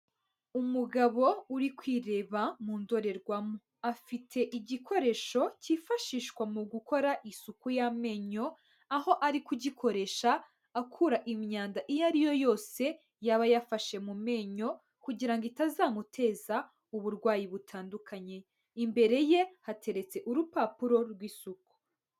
Umugabo uri kwireba mu ndorerwamo, afite igikoresho cyifashishwa mu gukora isuku y'amenyo, aho ari kugikoresha akura imyanda iyo ari yo yose yaba yafashe mu menyo kugira ngo itazamuteza uburwayi butandukanye, imbere ye hateretse urupapuro rw'isuku.